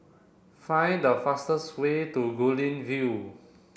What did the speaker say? find the fastest way to Guilin View